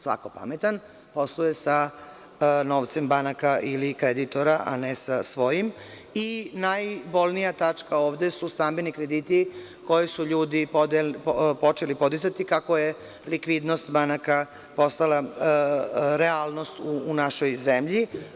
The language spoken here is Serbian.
Svako pametan posluje sa novcem banaka ili kreditora, a ne sa svojim, i najbolnija tačka ovde su stambeni krediti koje su ljudi počeli podizati, kako je likvidnost banaka postala realnost u našoj zemlji.